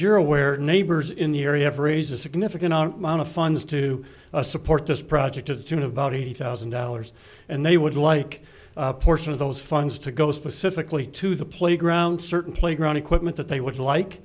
you're aware neighbors in the area for raise a significant amount of funds to support this project to the tune of about eighty thousand dollars and they would like portion of those funds to go specifically to the playground certain playground equipment that they would like